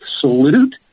salute